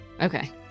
Okay